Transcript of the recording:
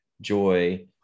joy